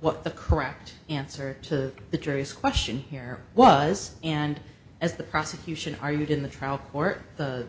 what the correct answer to the jury's question here was and as the prosecution argued in the t